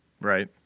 Right